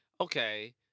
Okay